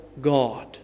God